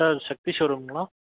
ஆ Sakthi ஷோரூம்ங்களா